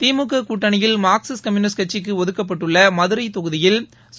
திமுக கூட்டணியில் Marxist Communist கட்சிக்கு ஒதுக்கப்பட்டுள்ள மதுரை தொகுதியில் க